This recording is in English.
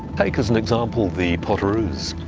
take as an example the potoroos,